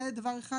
זה דבר אחד.